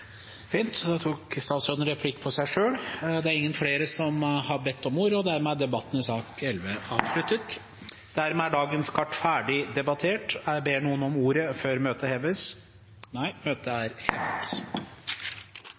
Fint, da tok statsråden replikk på seg selv. Flere har ikke bedt om ordet til sak nr. 11. Dermed er dagens kart ferdig debattert. Ber noen om ordet før møtet heves? – Møtet er hevet.